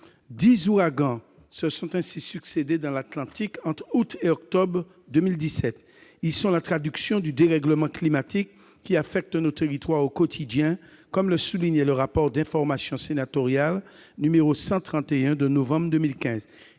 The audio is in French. dix ouragans se sont ainsi succédé dans l'Atlantique entre août et octobre 2017. Ils sont la traduction du dérèglement climatique, qui affecte nos territoires au quotidien, comme le soulignait le rapport sénatorial d'information n° 131 de novembre 2015.